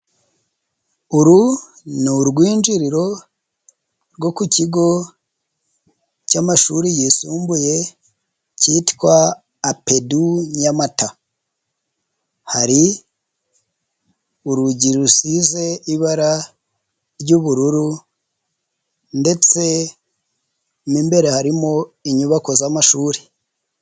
Uru ni urwinjiriro rwo ku kigo cy'amashuri yisumbuye cyitwa APEDU Nyamata, hari urugi rusize ibara ry'ubururu ndetse mo imbere harimo inyubako z'amashuri.